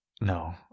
No